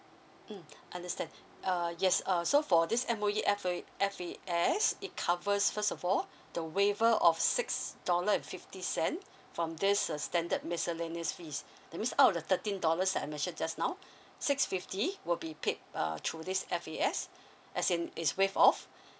mm understand err yes uh so for this M_O_E F_A F_A_S it covers first of all the waiver of six dollar and fifty cent from this uh standard miscellaneous fees that means out of the thirteen dollars I mentioned just now six fifty will be paid err through these F_A_S as in is waive off